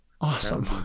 awesome